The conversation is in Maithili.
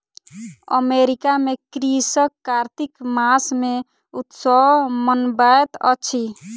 अमेरिका में कृषक कार्तिक मास मे उत्सव मनबैत अछि